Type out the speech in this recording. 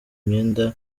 imyenda